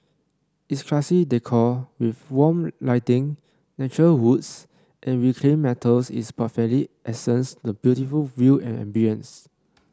its classy decor with warm lighting natural woods and reclaimed metals is perfectly accents the beautiful view and ambience